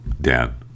dan